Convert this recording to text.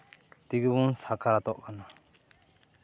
ᱛᱮᱜᱮ ᱵᱚᱱ ᱥᱟᱠᱨᱟᱛᱚᱜ ᱠᱟᱱᱟ